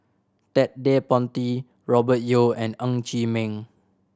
Ted De Ponti Robert Yeo and Ng Chee Meng